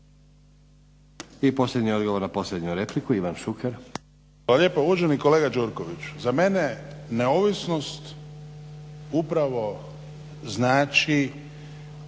I posljednji odgovor na posljednju repliku, Ivan Šuker.